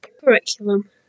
Curriculum